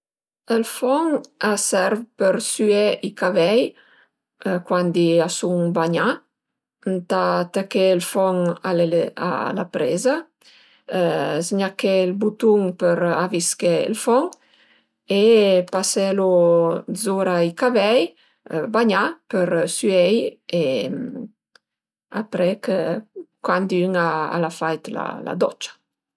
Ël fon a serv për süé i cavei cuandi a sun bagnà, ëntà taché ël fon a l'elet a la preza, zgnaché ël butun për avisché ël fon e paselu d'zura ai cavei bagnà për süei e aprè chë cuandi ün al a fait la docia